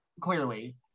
clearly